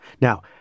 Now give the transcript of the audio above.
Now